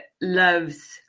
loves